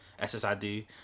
SSID